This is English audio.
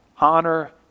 honor